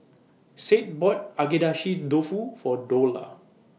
Sade bought Agedashi Dofu For Dola